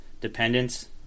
dependence